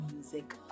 Music